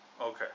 Okay